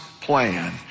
plan